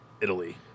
Italy